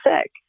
sick